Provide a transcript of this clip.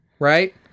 Right